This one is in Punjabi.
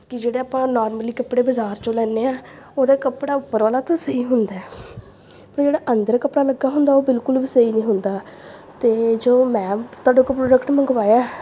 ਕਿ ਜਿਹੜਾ ਆਪਾਂ ਉਹ ਨੋਰਮਲੀ ਕੱਪੜੇ ਬਜ਼ਾਰ 'ਚੋਂ ਲੈਂਦੇ ਹਾਂ ਉਹਦਾ ਕੱਪੜਾ ਉੱਪਰ ਵਾਲਾ ਤਾਂ ਸਹੀ ਹੁੰਦਾ ਪਰ ਜਿਹੜਾ ਅੰਦਰ ਕੱਪੜਾ ਲੱਗਾ ਹੁੰਦਾ ਉਹ ਬਿਲਕੁਲ ਵੀ ਸਹੀ ਨਹੀਂ ਹੁੰਦਾ ਅਤੇ ਜੋ ਮੈਂ ਤੁਹਾਡੇ ਕੋਲੋਂ ਪ੍ਰੋਡਕਟ ਮੰਗਵਾਇਆ